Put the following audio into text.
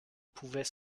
pouvait